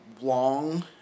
long